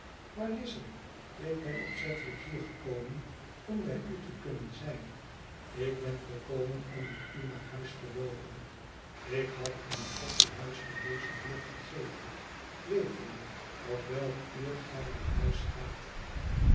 maar lize ik ben opzettelijk hier gekomen om bij u te kunnen zijn ik ben gekomen om met u naar huis te loopen ik had in een koffiehuis in deze buurt gegeten wetende op welk uur gij naar huis gaat